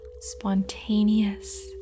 spontaneous